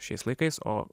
šiais laikais o